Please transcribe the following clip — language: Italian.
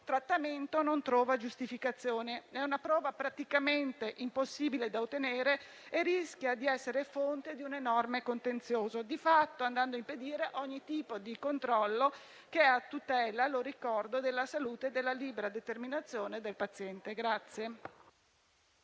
trattamento non trova giustificazione, è una prova praticamente impossibile da ottenere e rischia di essere fonte di un enorme contenzioso, di fatto andando impedire ogni tipo di controllo che è a tutela - lo ricordo - della salute e della libera determinazione del paziente.